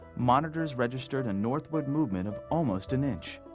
monitors registered a northward movement of almost an inch.